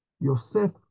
Yosef